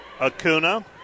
Acuna